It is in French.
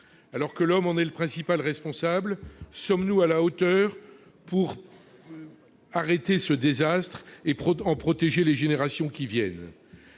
Alors que l'homme en est le principal responsable, sommes-nous à la hauteur pour arrêter ce désastre et en protéger les générations qui viennent ?